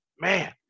man